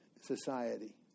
society